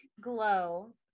glow